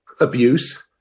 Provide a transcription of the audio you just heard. abuse